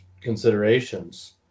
considerations